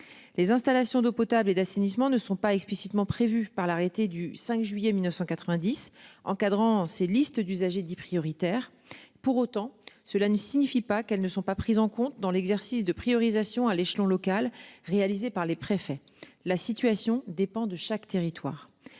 Les installations d'eau potable et d'assainissement ne sont pas explicitement prévu par l'arrêté du 5 juillet 1990 encadrant ces listes d'usagers dits prioritaires. Pour autant, cela ne signifie pas qu'elles ne sont pas prises en compte dans l'exercice de priorisation. À l'échelon local réalisé par les préfets. La situation dépend de chaque territoire.